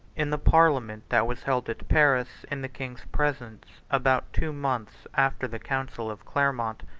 in the parliament that was held at paris, in the king's presence, about two months after the council of clermont,